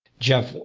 jeff,